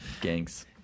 Gangs